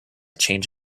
change